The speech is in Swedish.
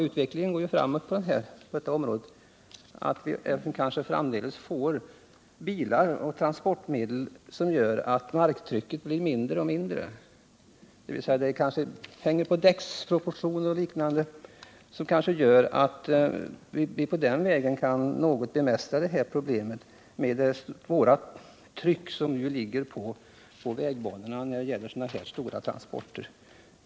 Utvecklingen går ju framåt på det området, och framdeles får vi kanske transportmedel som gör att marktrycket blir mindre och mindre; det kan hänga på däcksproportioner och liknande. Därmed skulle vi kunna bemästra problemet med det svåra tryck som ligger på vägbanan när det gäller sådana här tunga transporter.